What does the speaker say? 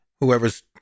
whoever's